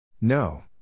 No